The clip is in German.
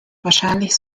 wahrscheinlich